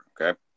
Okay